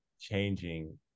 changing